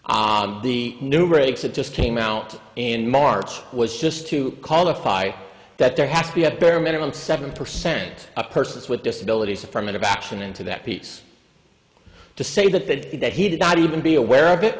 on the new regs that just came out in march was just to call a five that there has to be a bare minimum seventy percent a persons with disabilities affirmative action into that piece to say that that he that he did not even be aware of it